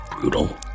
brutal